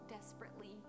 desperately